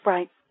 Right